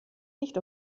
nicht